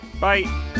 Bye